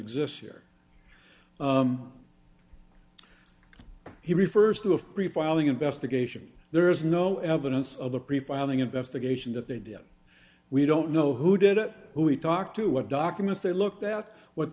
exists here he refers to of pre filing investigation there is no evidence of the pre filing investigation that they did we don't know who did it who we talked to what documents they looked out what